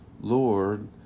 Lord